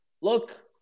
look